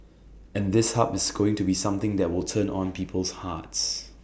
and this hub is going to be something that will turn on people's hearts